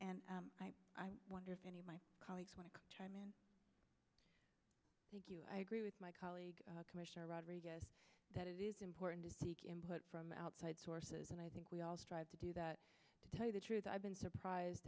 and i wonder if any of my colleagues want to chime in i agree with my colleague commissioner rodriguez that it is important to seek input from outside sources and i think we all strive to do that to tell you the truth i've been surprised